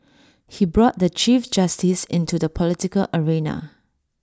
he brought the chief justice into the political arena